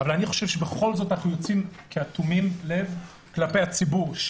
אני חושב שבכל זאת אנחנו יוצאים כאטומי לב כלפי הציבור.